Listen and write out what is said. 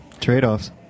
Trade-offs